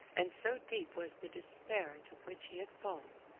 and so deep was the despair into which he had fallen,